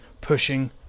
pushing